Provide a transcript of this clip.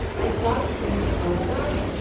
the side seams are done,